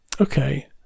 Okay